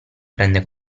prende